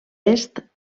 est